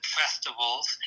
festivals